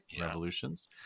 Revolutions